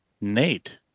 Nate